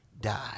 die